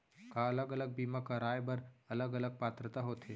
का अलग अलग बीमा कराय बर अलग अलग पात्रता होथे?